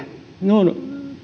ovat